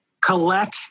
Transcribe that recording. Colette